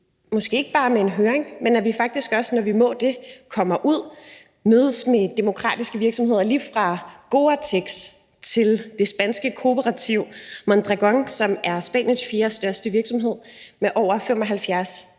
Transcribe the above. måske ikke bare får en høring, men faktisk også, når vi må det, kommer ud og mødes med demokratiske virksomheder lige fra Gore-Tex til det spanske kooperativ Mondragon, som er Spaniens fjerde største virksomhed med over 75.000 ansatte.